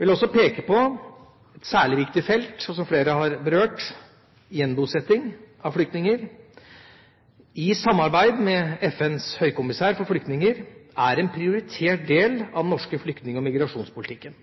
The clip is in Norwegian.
vil også peke på et særlig viktig felt, som flere har berørt: gjenbosetting av flyktninger. I samarbeid med FNs høykommissær for flyktninger er dette en prioritert del av den norske flyktning- og migrasjonspolitikken.